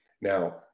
Now